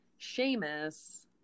Seamus